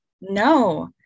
No